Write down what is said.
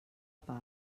pap